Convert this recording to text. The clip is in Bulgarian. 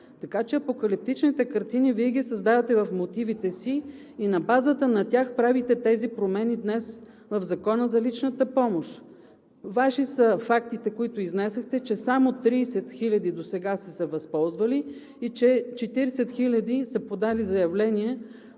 Така че апокалиптичните картини Вие ги създавате в мотивите си и на базата на тях правите тези промени днес в Закона за личната помощ. Ваши са фактите, които изнесохте, че само 30 хиляди досега са се възползвали и че 40 хиляди са подали заявление